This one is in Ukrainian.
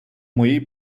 моїй